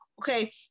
okay